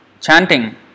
chanting